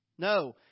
No